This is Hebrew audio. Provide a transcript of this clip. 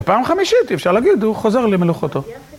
פעם חמישית, אפשר להגיד, הוא חוזר למלוכותו.